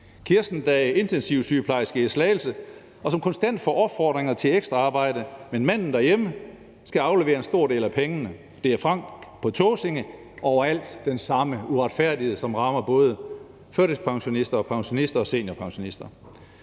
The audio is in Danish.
Kirsten, der er intensivsygeplejerske i Slagelse, og som konstant får opfordringer til ekstra arbejde, men manden derhjemme skal aflevere en stor del af pengene. Det er Frank på Tåsinge – overalt den samme uretfærdighed, som rammer både førtidspensionister, folkepensionister og seniorpensionister.